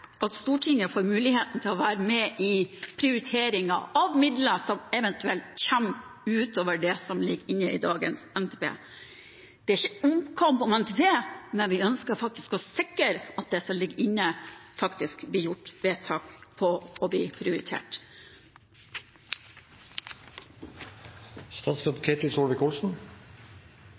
av midler som eventuelt kommer utover det som ligger inne i dagens NTP. Det er ikke en omkamp om NTP, men vi ønsker å sikre at det som ligger inne, faktisk blir gjort vedtak